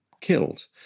killed